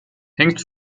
hängt